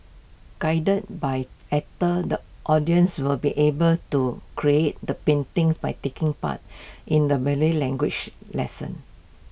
guided by actors the audience will be able to create the paintings by taking part in A Malay language lesson